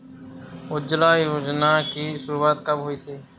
उज्ज्वला योजना की शुरुआत कब हुई थी?